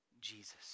Jesus